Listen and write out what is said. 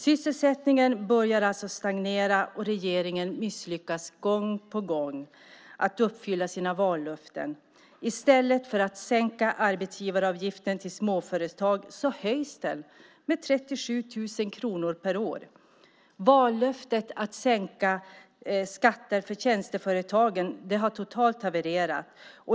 Sysselsättningen börjar alltså stagnera, och regeringen misslyckas gång på gång med att uppfylla sina vallöften. I stället för att sänka arbetsgivaravgiften för småföretag höjs den med 37 000 kronor per år. Vallöftet att sänka skatter för tjänsteföretagen har totalt havererat.